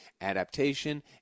adaptation